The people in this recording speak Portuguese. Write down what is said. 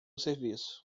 serviço